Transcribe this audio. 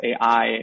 AI